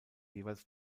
jeweils